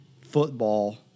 football